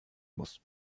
muss